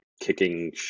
kicking